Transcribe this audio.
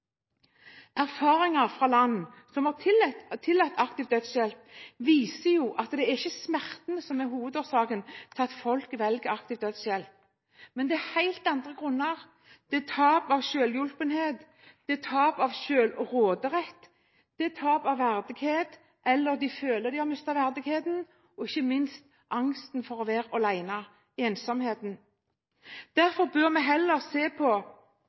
Erfaringer fra land som har tillatt aktiv dødshjelp, viser at det ikke er smerter som er hovedårsaken til at folk velger aktiv dødshjelp. Det er helt andre grunner. Det er tap av selvhjulpenhet, det er tap av selvråderett, det er tap av verdighet – eller de føler de har mistet verdigheten – og ikke minst, det er angsten for å være alene, ensomheten. Derfor bør vi heller se på